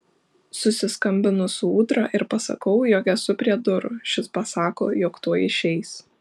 susiskambinu su ūdra ir pasakau jog esu prie durų šis pasako jog tuoj išeis